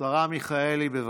השרה מיכאלי, בבקשה.